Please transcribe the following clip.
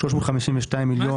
352 מיליון.